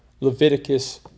Leviticus